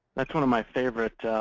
that's one of my favorite